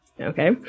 okay